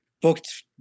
booked